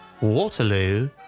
waterloo